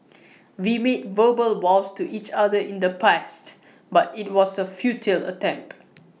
we made verbal vows to each other in the past but IT was A futile attempt